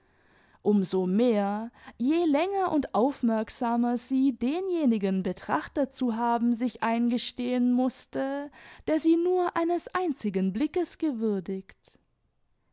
so mehr je länger und aufmerksamer sie denjenigen betrachtet zu haben sich eingestehen mußte der sie nur eines einzigen blickes gewürdiget